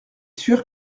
sûr